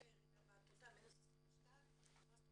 ירידה בעתודה 22- ?